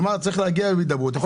כלומר צריך להגיע להידברות.